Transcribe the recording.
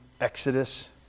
Exodus